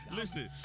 Listen